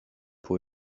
pour